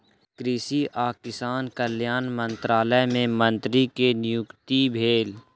कृषि आ किसान कल्याण मंत्रालय मे मंत्री के नियुक्ति भेल